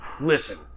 Listen